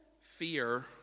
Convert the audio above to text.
Fear